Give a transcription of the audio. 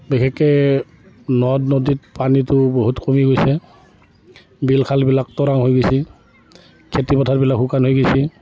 বিশেষকৈ নদ নদীত পানীটো বহুত কমি গৈছে বিল খালবিলাক তৰাং হৈ গৈছে খেতি পথাৰবিলাক শুকান হৈ গৈছে